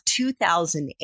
2008